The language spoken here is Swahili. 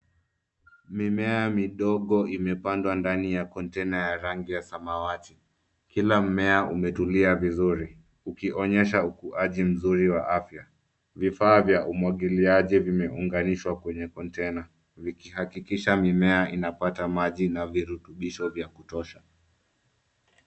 Mimea midogo imepandwa ndani ya kontaina ya rangi ya samawati. Kila mmea umetulia vizuri, ukionyesha ukuaji mzuri wa afya. Vifaa vya umwagiliaji vimeunganishwa kwenye kontena vukuhakikisha mimea inaata maji na virutubisho vya kutosha.